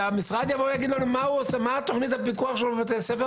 שהמשרד יבוא ויגיד לנו מה תכנית הפיקוח שלו בבתי ספר